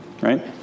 Right